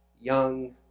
young